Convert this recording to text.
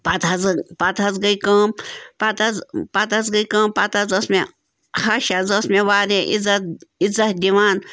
پَتہٕ حظ پَتہٕ حظ گٔے کٲم پَتہٕ حظ پَتہٕ حظ گٔے کٲم پَتہٕ حظ ٲس مےٚ ہَش حظ ٲس مےٚ واریاہ اِزاہ اِزاہ دِوان